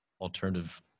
alternative